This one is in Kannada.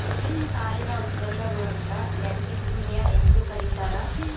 ಹಾಲಿನ ಉತ್ಪನ್ನಗುಳ್ನ ಲ್ಯಾಕ್ಟಿಸಿನಿಯ ಎಂದು ಕರೀತಾರ